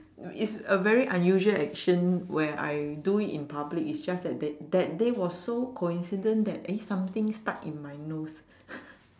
uh it's a very unusual action where I do it in public it's just that that that day was so coincidence that eh something stuck in my nose